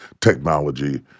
technology